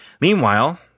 Meanwhile